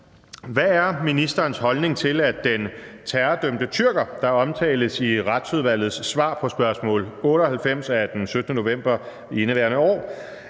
Hvad er ministerens holdning til, at den terrordømte tyrker, der omtales i Retsudvalget i et svar på spørgsmål 98 af 17. november i indeværende år,